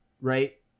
right